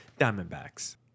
Diamondbacks